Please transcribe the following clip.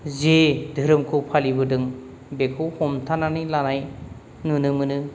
जे धोरोमखौ फालिबोदों बेखौ हमथानानै लानाय नुनो मोनो